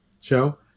show